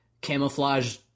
camouflage